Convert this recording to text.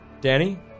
Danny